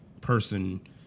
person